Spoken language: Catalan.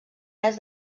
est